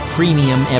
Premium